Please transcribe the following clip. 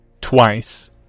twice